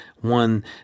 one